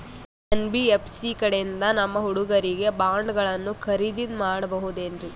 NBFC ಕಡೆಯಿಂದ ನಮ್ಮ ಹುಡುಗರಿಗೆ ಬಾಂಡ್ ಗಳನ್ನು ಖರೀದಿದ ಮಾಡಬಹುದೇನ್ರಿ?